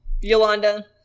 Yolanda